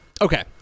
Okay